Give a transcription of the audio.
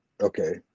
Okay